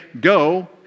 go